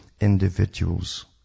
individuals